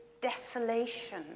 desolation